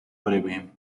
breve